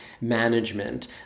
management